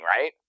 right